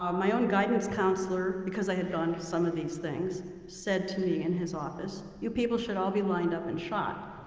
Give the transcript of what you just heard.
um my own guidance counselor, because i had gone to some of these things, said to me in his office, you people should all be lined up and shot.